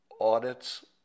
audits